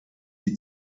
die